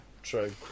True